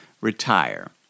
retire